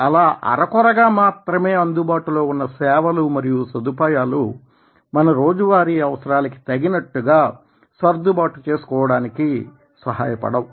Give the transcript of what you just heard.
అలా అరకొరగా మాత్రమే అందుబాటులో ఉన్న సేవలు మరియు సదుపాయాలు మన రోజువారీ అవసరాలకి తగినట్టుగా సర్దుబాటు చేసుకోవడానికి సహాయ పడవు